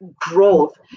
growth